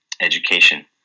education